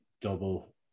double